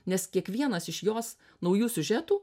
nes kiekvienas iš jos naujų siužetų